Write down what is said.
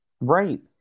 Right